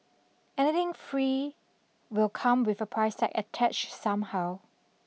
anything free will come with a price tag attached somehow